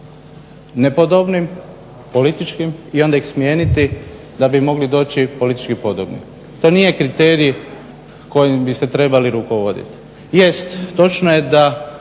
nepodobnim, političkim i onda ih smijeniti da bi mogli doći politički podobni. To nije kriterij kojim bi se trebali rukovoditi.